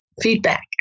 feedback